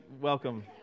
welcome